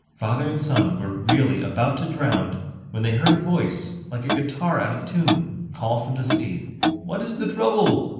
father and son were really about to drown when they heard a voice like a guitar out of tune call from the sea what is the trouble?